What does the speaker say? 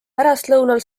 pärastlõunal